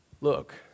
look